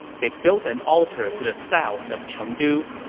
they built an altar to the south of chengdu.